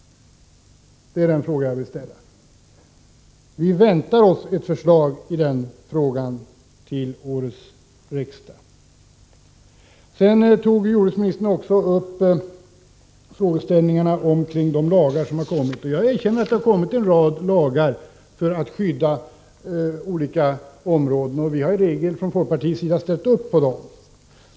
Vi väntar oss ett förslag under innevarande riksmöte. Jordbruksministern berörde också frågeställningarna kring de lagar som införts, och jag erkänner att en rad lagar för att skydda olika områden har tillkommit. Från folkpartiets sida har vi i regel ställt oss bakom dem.